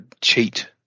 Cheat